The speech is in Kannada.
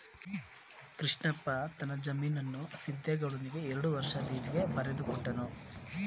ಕೃಷ್ಣಪ್ಪ ತನ್ನ ಜಮೀನನ್ನು ಸಿದ್ದೇಗೌಡನಿಗೆ ಎರಡು ವರ್ಷ ಲೀಸ್ಗೆ ಬರಲು ಕೊಟ್ಟನು